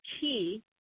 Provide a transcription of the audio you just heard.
key